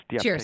Cheers